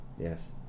yes